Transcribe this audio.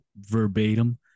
verbatim